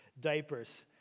diapers